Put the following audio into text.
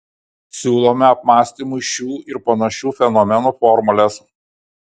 siūlome apmąstymui šių ir panašių fenomenų formules